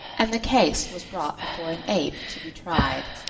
and the case was brought before an ape to be tried.